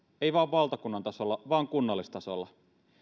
ei vain valtakunnan tasolla vaan kunnallistasolla